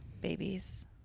babies